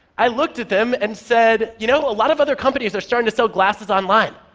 i looked at them and said, you know, a lot of other companies are starting to sell glasses online.